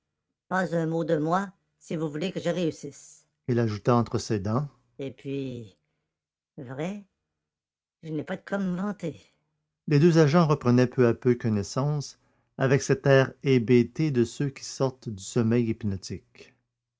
pas un mot de moi si vous voulez que je réussisse il ajouta entre ses dents et puis vrai je n'ai pas de quoi me vanter les deux agents reprenaient peu à peu connaissance avec cet air hébété de ceux qui sortent du sommeil hypnotique